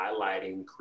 highlighting